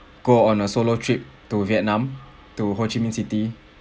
go on a solo trip to vietnam to ho-chi-minh city